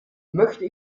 möchte